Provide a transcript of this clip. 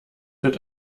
wird